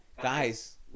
Guys